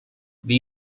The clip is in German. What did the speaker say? wie